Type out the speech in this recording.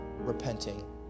repenting